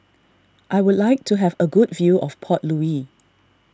I would like to have a good view of Port Louis